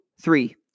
three